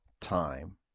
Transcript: time